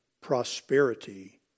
prosperity